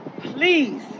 please